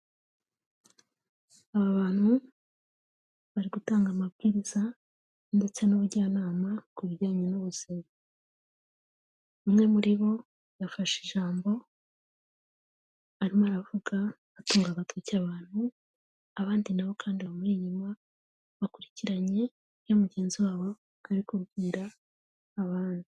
Aba bantu bari gutanga amabwirizariza ndetse n'ubujyanama ku bijyanye n'ubuzima, umwe muri bo yafashe ijambo arimo aravuga atunga agatoki abantu, abandi na bo kandi bamuri inyuma bakurikiranye ibyo mugenzi wabo arikubwira abantu.